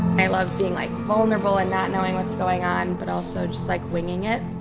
i love being like vulnerable and not knowing what's going on, but also just like winging it.